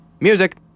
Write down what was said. Music